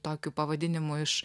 tokiu pavadinimu iš